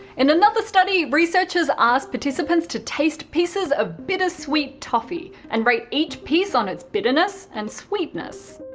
in another study, researchers asked participants to taste pieces of bittersweet toffee and rate each piece on its bitterness and sweetness.